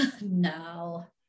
No